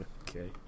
Okay